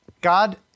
God